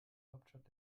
hauptstadt